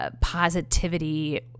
positivity